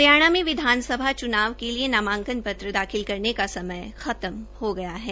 हरियाणा में विधानसभा च्नाव के लिए नामांकन पत्र दाखिल करने का समय खत्म हो गया है